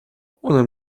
ona